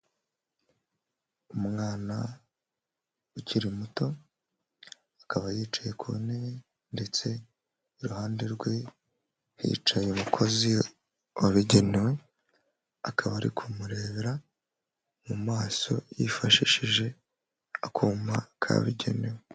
Umwana ukiri muto akaba yicaye ku ntebe ndetse iruhande rwe hicaye umukozi wabigenewe, akaba ari kumureba mu maso yifashishije akuma kabugenewe.